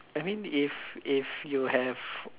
I mean if if you have